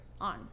on